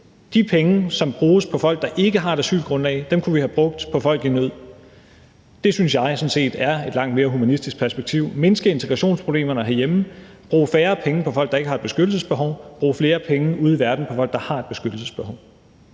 De penge, som bruges på folk, der ikke har et asylgrundlag, kunne vi have brugt på folk i nød. Det synes jeg sådan set er et langt mere humanistisk perspektiv, altså at mindske integrationsproblemerne herhjemme, bruge færre penge på folk, der ikke har et beskyttelsesbehov, og bruge flere penge ude i verden på folk, der har et beskyttelsesbehov.